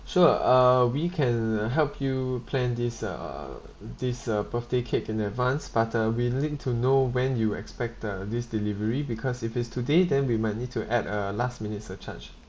sure uh we can uh help you plan this uh this uh birthday cake in advance but uh we need to know when you expect uh this delivery because if it's today then we might need to add a last minute surcharge